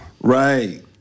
Right